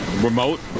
remote